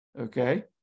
Okay